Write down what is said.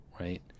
right